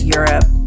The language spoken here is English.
Europe